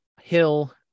Hill